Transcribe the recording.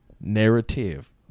narrative